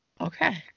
Okay